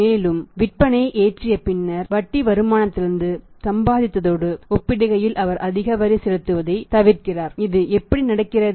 அந்த முக்கியமான விஷயம் என்னவென்றால் இந்த லோடிங் ஃபேக்டர் மீதான வரியையும் அவர் முன்கூட்டியே செலுத்த வேண்டும்